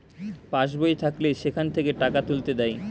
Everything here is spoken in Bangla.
পাস্ বই থাকলে সেখান থেকে টাকা তুলতে দেয়